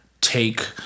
take